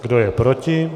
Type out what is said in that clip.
Kdo je proti?